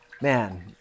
man